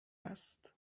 است